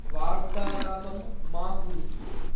वार्तालापं मा कुरु